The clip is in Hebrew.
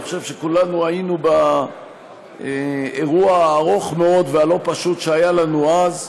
אני חושב שכולנו היינו באירוע הארוך מאוד והלא-פשוט שהיה לנו אז,